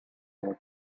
werden